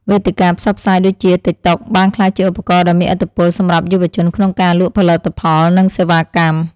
វេទិកាផ្សព្វផ្សាយដូចជាទីកតុកបានក្លាយជាឧបករណ៍ដ៏មានឥទ្ធិពលសម្រាប់យុវជនក្នុងការលក់ផលិតផលនិងសេវាកម្ម។